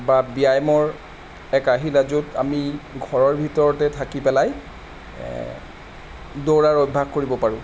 বা ব্যায়ামৰ এক আহিলা য'ত আমি ঘৰৰ ভিতৰতে থাকি পেলাই দৌৰাৰ অভ্যাস কৰিব পাৰোঁ